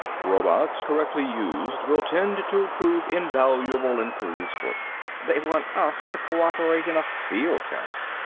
robots, correctly used will tend to prove invaluable in police work. they want us to co-operate in a field test.